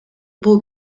бул